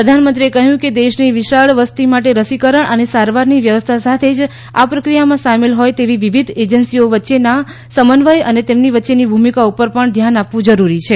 પ્રધાનમંત્રીએ કહ્યું કે દેશની વિશાળ વસતી માટે રસીકરણ અને સારવારની વ્યવસ્થા સાથે જ આ પ્રક્રિયામાં સામેલ હોય તેવી વિવિધ એજન્સીઓ વચ્ચેના સમન્વય અને તેમની ભૂમિકા ઉપર ધ્યાન આપવું જરૂરી છે